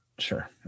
Sure